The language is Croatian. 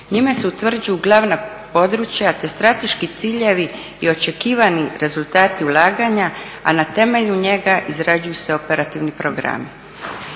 Njima se utvrđuju glavna područja te strateški ciljevi i očekivani rezultati ulaganja a na temelju njega izrađuju se operativni programi.